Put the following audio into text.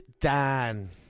Dan